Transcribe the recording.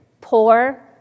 poor